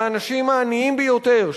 על האנשים העניים ביותר,